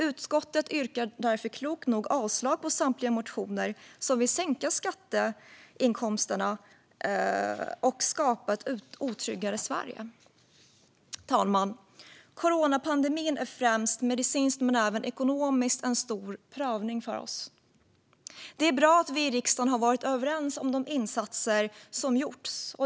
Utskottet yrkar därför klokt nog avslag på samtliga motioner där man vill sänka skatteinkomsterna och skapa ett otryggare Sverige. Fru talman! Coronapandemin är främst medicinskt men även ekonomiskt en stor prövning för oss. Det är bra att vi i riksdagen har varit överens om de insatser som gjorts.